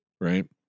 Right